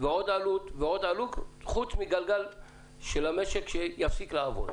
ועוד עלות וגם המשק לא יעבוד.